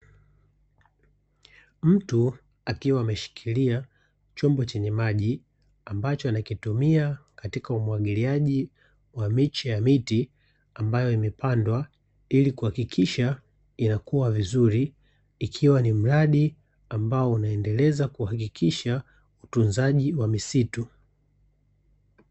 Mtu akiwa ameshikilia chombo chenye maji, ambacho anakitumia katika umwagiliaji wa miche ya miti, ambayo imepandwa ili kuhakikisha inakuwa vizuri ikiwa ni mradi ambao unaendeleza kuhakikisha utunzaji wa misitu.